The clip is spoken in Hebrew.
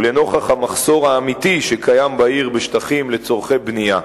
לנוכח המחסור האמיתי שקיים בעיר בשטחים לצורכי בנייה.